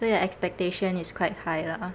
so your expectation is quite high lah